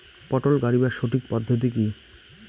পটল গারিবার সঠিক পদ্ধতি কি?